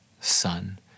Son